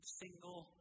single